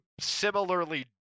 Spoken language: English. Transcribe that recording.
similarly